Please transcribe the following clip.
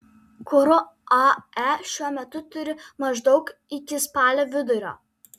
kuro ae šiuo metu turi maždaug iki spalio vidurio